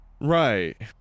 right